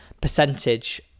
percentage